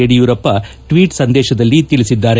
ಯಡಿಯೂರಪ್ಪ ತಮ್ನ ಟ್ವೀಟ್ ಸಂದೇಶದಲ್ಲಿ ತಿಳಿಸಿದ್ದಾರೆ